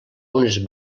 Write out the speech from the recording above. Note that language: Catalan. unes